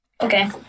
Okay